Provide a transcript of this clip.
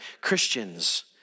Christians